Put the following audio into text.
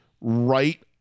right